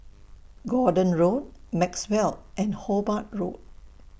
Gordon Road Maxwell and Hobart Road